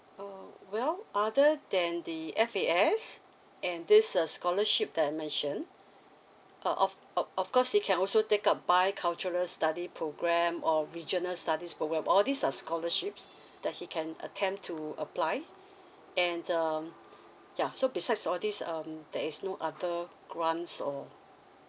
uh well other than the F_A_S and this uh scholarship that I mentioned uh of uh of course he can also take up bicultural study program or regional studies program all these are scholarships that he can attempt to apply and um ya so besides all these um there is no other grants or